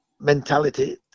mentality